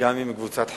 וגם עם קבוצת חקלאים.